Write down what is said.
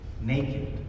naked